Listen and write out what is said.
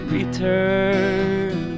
Return